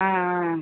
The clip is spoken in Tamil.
ஆ ஆ